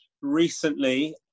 recently